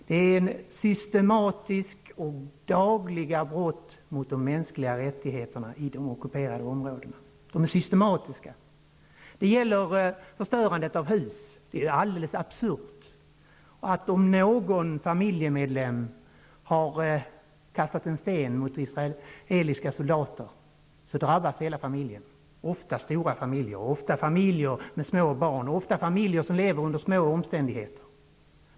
Det förövas systematiska och dagliga brott mot de mänskliga rättigheterna i de ockuperade områdena. Det gäller t.ex. förstörandet av hus. Det är alldeles absurt att om någon familjemedlem har kastat en sten mot israeliska soldater drabbas hela familjen. Det gäller inte sällan stora familjer, många gånger med små barn. Ofta lever de under små omständigheter.